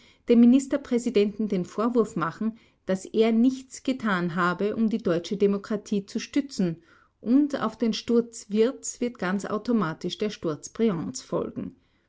dem ministerpräsidenten den vorwurf machen daß er nichts getan habe um die deutsche demokratie zu stützen und auf den sturz wirths wird ganz automatisch der sturz briands folgen